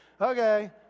Okay